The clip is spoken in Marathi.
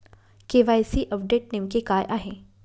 के.वाय.सी अपडेट नेमके काय आहे?